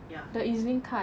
ya